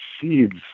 seeds